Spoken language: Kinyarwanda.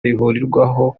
rihuriweho